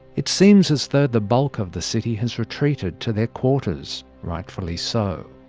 it seems as though the bulk of the city has retreated to their quarters, rightfully so.